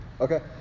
Okay